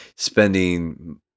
spending